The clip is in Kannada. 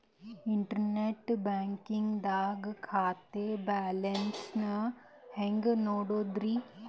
ಇಂಟರ್ನೆಟ್ ಬ್ಯಾಂಕಿಂಗ್ ದಾಗ ಖಾತೆಯ ಬ್ಯಾಲೆನ್ಸ್ ನ ಹೆಂಗ್ ನೋಡುದ್ರಿ?